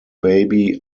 baby